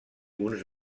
uns